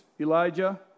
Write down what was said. Elijah